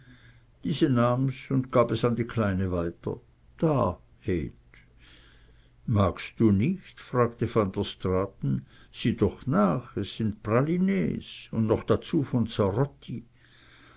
diese nahm's und gab es an die kleine weiter da heth magst du nicht fragte van der straaten sieh doch erst nach es sind ja pralines und noch dazu von